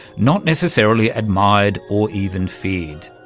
not necessarily admired or even feared.